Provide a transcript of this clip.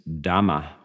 Dhamma